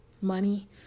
money